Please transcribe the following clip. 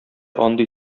андый